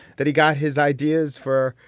that he got his ideas for.